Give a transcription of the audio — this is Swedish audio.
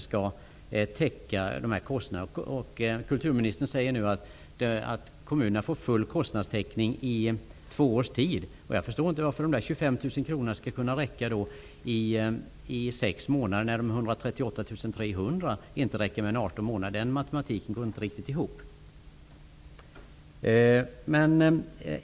skall täcka kostnaderna. Kulturministern säger nu att komunerna får full kostnadstäckning i två års tid. Jag förstår inte hur dessa 25 000 kr. skall kunna räcka i 6 månader när 138 300 inte räcker mer än 18 månader. Den matematiken går inte riktigt ihop.